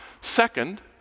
Second